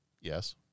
Yes